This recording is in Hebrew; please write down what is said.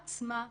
בעבירות מין,